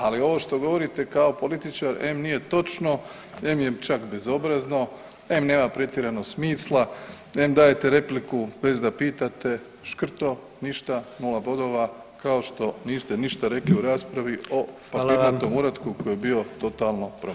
Ali ovo što govorite kao političar em nije točno, em je čak bezobrazno, em nema čak pretjerano smisla, em dajte repliku bez da pitate, škrto, ništa, nula bodova kao što niste ništa rekli u raspravi o papirnatom [[Upadica predsjednik: Hvala vam.]] uratku koji je bio totalno promašen.